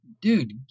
dude